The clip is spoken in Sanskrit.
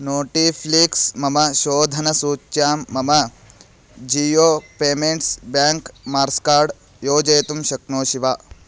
नोटिफ़्लीक्स् मम शोधनसूच्यां मम जियो पेमेण्ट्स् बेङ्क् मार्स् कार्ड् योजयितुं शक्नोषि वा